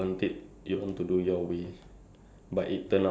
if you follow the instruction like you